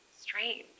strange